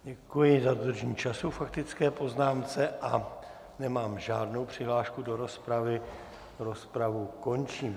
Děkuji za dodržení času k faktické poznámce a nemám žádnou přihlášku do rozpravy, rozpravu končím.